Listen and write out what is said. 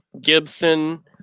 Gibson